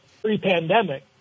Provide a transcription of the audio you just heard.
pre-pandemic